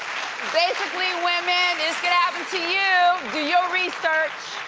basically, women this could happen to you. do your research.